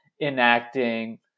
enacting